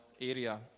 area